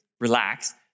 relax